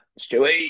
Stewie